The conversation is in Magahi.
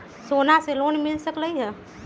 सोना से लोन मिल सकलई ह?